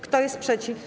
Kto jest przeciw?